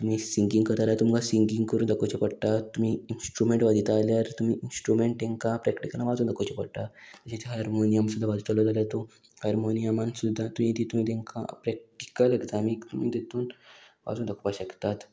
तुमी सिंगींग करता जाल्यार तुमकां सिंगींग करून दाकोवचें पडटा तुमी इंस्ट्रुमेंट वाजयता जाल्यार तुमी इंस्ट्रुमेंट तेंका प्रॅक्टीकल वाजोन दाकोवचें पडटा जशें हार्मोनियम सुद्दां वाजयतलो जाल्यार तूं हार्मोनियमान सुद्दां तुवें तितून तेंकां प्रॅक्टिकल एग्जामीक आमी तुमी तितून वाजोन दाखोवपा शकतात